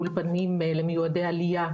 אולפנים למיועדי עלייה,